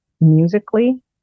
musically